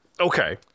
Okay